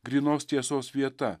grynos tiesos vieta